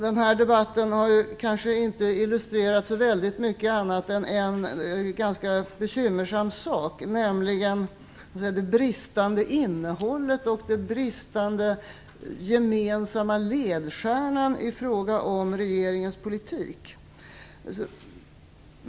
Den här debatten har kanske inte illustrerat så mycket annat än en ganska bekymmersam sak, nämligen det bristande innehållet och den bristande gemensamma ledstjärnan i fråga om regeringens politik.